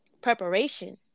preparation